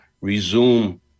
resume